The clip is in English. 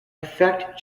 effect